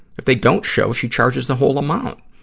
if they don't show, she charges the whole amount.